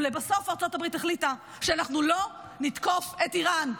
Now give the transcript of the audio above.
ולבסוף ארצות הברית החליטה שאנחנו לא נתקוף את איראן.